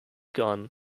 gun